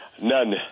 None